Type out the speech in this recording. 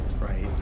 Right